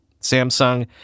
Samsung